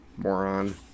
Moron